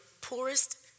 poorest